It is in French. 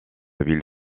ville